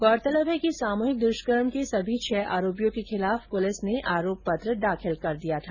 गौरतलब है कि सामुहिक दुष्कर्म के सभी छह आरोपियों के खिलाफ पुलिस ने आरोप पत्र दाखिल कर दिया था